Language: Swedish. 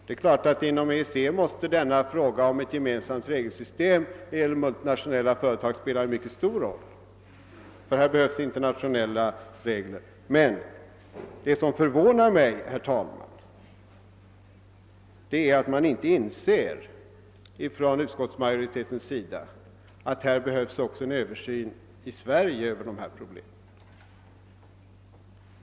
Det är klart att denna fråga om ett gemensamt regelsystem när det gäller multinationella företag spelar en mycket stor roll inom EEC, eftersom det behövs internationella regler, men det förvånar mig, herr talman, att utskottsmajoriteten inte inser att det behövs en översyn också i Sverige.